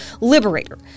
liberator